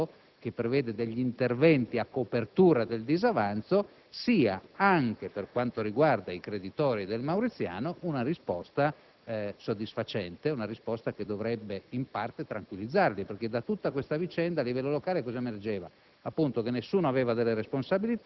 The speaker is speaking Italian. l'articolo della finanziaria che lei ha citato, che prevede interventi a copertura del disavanzo, sia, anche per quanto riguarda i creditori dell'Ordine Mauriziano, una risposta soddisfacente, che dovrebbe in parte tranquillizzarli. Infatti, da tutta la vicenda a livello locale emergeva